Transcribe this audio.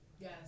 Yes